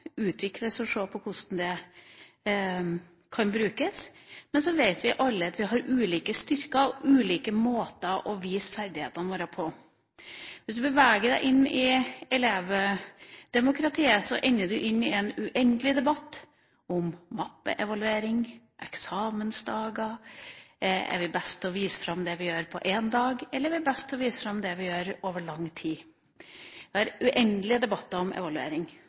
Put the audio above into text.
utvikles, og man må se på hvordan den kan brukes. Men vi vet alle at vi har ulike styrker og ulike måter å vise ferdighetene våre på. Hvis en beveger seg inn i elevdemokratiet, havner en i en uendelig debatt om mappeevaluering og eksamensdager, om en er best til å vise fram det en gjør på én dag, eller om en er best til å vise fram det en gjør over lang tid. Det er uendelige debatter om evaluering,